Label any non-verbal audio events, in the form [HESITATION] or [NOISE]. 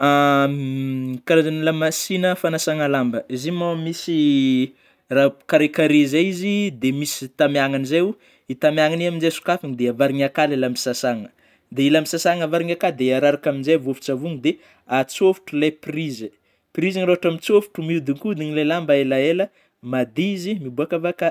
[HESITATION] karazana la machine fagnasana lamba, izy io moa misy raha karekare zay izy, dia misy tamiagnany zay oh, io tamiagnany io amzay sôkafana dia avarina akany ilay lamba sasana dia io lamba sasana avariny akany dia araraka amin'izay vovon-tsavôny de antsôfotro ilay prizy, prizy ary raha ôhatra mitsôfotro mihodikodigna ilay lamba elaela ,madio izy miboaka avy akany